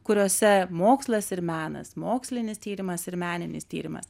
kuriose mokslas ir menas mokslinis tyrimas ir meninis tyrimas